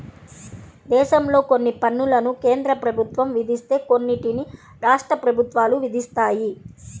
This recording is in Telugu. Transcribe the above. దేశంలో కొన్ని పన్నులను కేంద్ర ప్రభుత్వం విధిస్తే కొన్నిటిని రాష్ట్ర ప్రభుత్వాలు విధిస్తాయి